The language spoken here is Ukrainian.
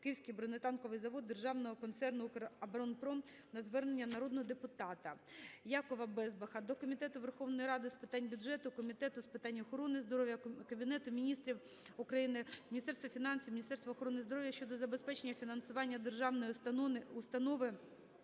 "Київський бронетанковий завод" Державного концерну "Укроборонпром" на звернення народного депутата. Якова Безбаха до Комітету Верховної Ради з питань бюджету, Комітету з питань охорони здоров'я, Кабінету Міністрів України, Міністерства фінансів, Міністерства охорони здоров'я щодо забезпечення фінансування Державної установи